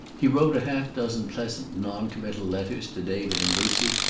he wrote a half dozen pleasant, non-committal letters to david and lucy,